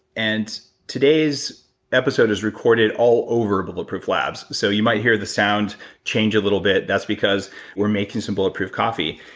and today's episode is recorded all over bulletproof labs, so you might hear the sound change a little bit that's because we're making some bulletproof coffee,